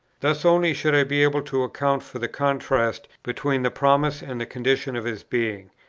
thus only should i be able to account for the contrast between the promise and the condition of his being.